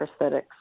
prosthetics